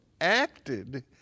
acted